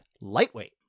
lightweight